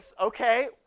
okay